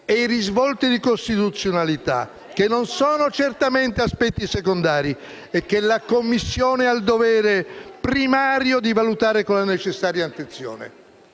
e i risvolti di costituzionalità, che non sono certamente aspetti secondari e che la Commissione ha il dovere primario di valutare con la necessaria attenzione.